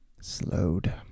Slowed